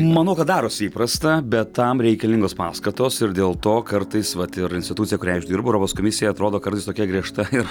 manau kad darosi įprasta bet tam reikalingos paskatos ir dėl to kartais vat ir institucija kuriai aš dirbu europos komisija atrodo kartais tokia griežta ir